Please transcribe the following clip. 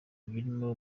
birimo